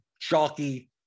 Chalky